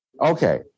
Okay